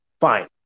fine